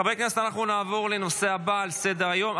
חברי הכנסת, נעבור לנושא הבא על סדר-היום.